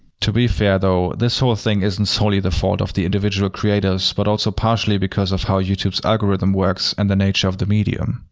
to be fair, though, this whole thing isn't solely the fault of the individual creators, but also partially because of how youtube's algorithm works, and the nature of the medium.